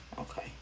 okay